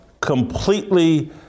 completely